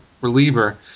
reliever